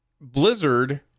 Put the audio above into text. Blizzard